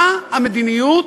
מה המדיניות